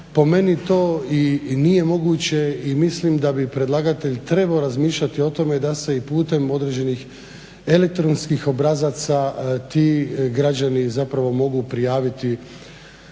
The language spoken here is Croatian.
Po meni to i nije moguće i mislim da bi predlagatelj trebao razmišljati o tome da se i putem određenih elektronskih obrazaca ti građani zapravo mogu prijaviti